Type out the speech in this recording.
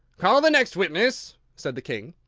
call the next witness! said the king.